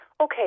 Okay